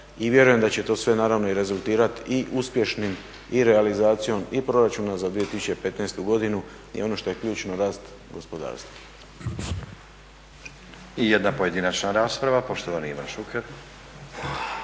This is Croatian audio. i vjerujem da će to sve naravno i rezultirati i uspješnim i realizacijom i proračuna za 2015. godinu i ono što je ključno, rast gospodarstva. **Stazić, Nenad (SDP)** I jedna pojedinačna rasprava, poštovani Ivan Šuker.